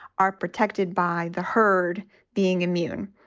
are protected by the herd being immune.